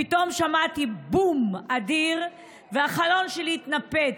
פתאום שמעתי בום אדיר, והחלון שלי התנפץ.